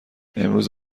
امروز